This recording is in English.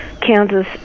Kansas